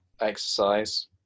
Exercise